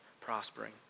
prospering